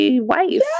wife